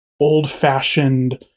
old-fashioned